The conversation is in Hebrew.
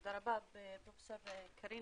תודה רבה, פרופ' קרין.